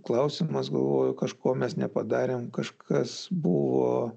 klausimas galvoju kažko mes nepadarėm kažkas buvo